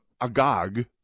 agog